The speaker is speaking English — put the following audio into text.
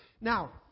Now